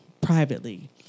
privately